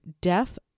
deaf